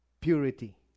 purity